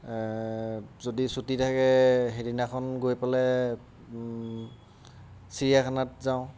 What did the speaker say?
যদি ছুটি থাকে সেইদিনাখন গৈ পেলাই চিৰিয়াখানাত যাওঁ